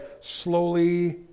slowly